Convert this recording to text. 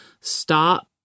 stop